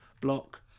block